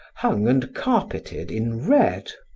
hung and carpeted in red,